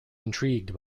intrigued